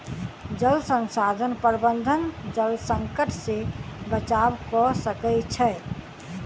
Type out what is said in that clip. जल संसाधन प्रबंधन जल संकट से बचाव कअ सकै छै